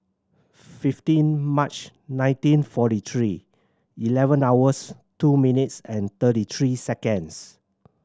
fifteen March nineteen forty three eleven hours two minutes and thirty three seconds